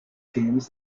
teams